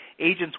agents